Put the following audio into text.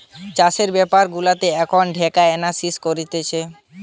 চাষের বেপার গুলাতেও এখন ডেটা এনালিসিস করতিছে